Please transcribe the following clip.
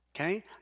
Okay